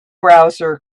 browser